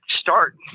start